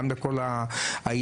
גם לכל ההתפתחות,